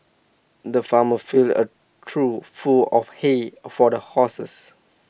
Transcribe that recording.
the farmer filled A trough full of hay for the horses